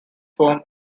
form